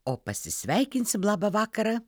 o pasisveikinsim labą vakarą